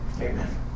Amen